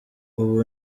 ibyo